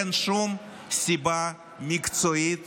אין שום סיבה מקצועית